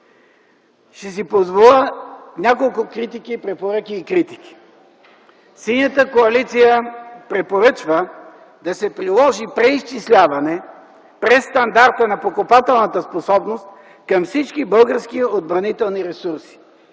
Ще си позволя и няколко препоръки и критики. Синята коалиция препоръчва да се приложи преизчисляване през стандарта на покупателната способност към всички български отбранителни ресурси.